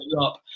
up